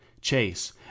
Chase